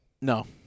No